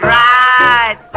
right